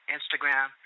Instagram